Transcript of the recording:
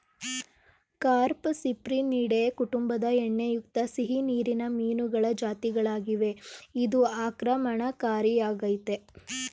carp Cyprinidae ಕುಟುಂಬದ ಎಣ್ಣೆಯುಕ್ತ ಸಿಹಿನೀರಿನ ಮೀನುಗಳ ಜಾತಿಗಳಾಗಿವೆ ಇದು ಆಕ್ರಮಣಕಾರಿಯಾಗಯ್ತೆ